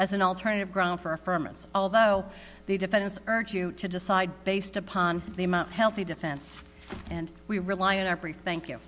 as an alternative grounds for a firm and although the defense urge you to decide based upon the amount healthy defense and we rely on our brief thank you